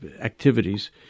activities